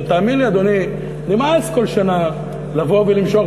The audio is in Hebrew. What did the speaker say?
ותאמין לי, אדוני, נמאס כל שנה לבוא ולמשוך